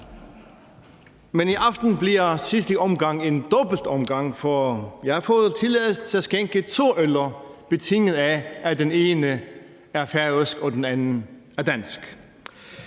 Men i aften bliver sidste omgang en dobbelt omgang, for jeg har fået tilladelse til at skænke to øller, betinget af at den ene er færøsk og den anden er dansk.